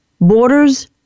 Borders